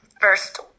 first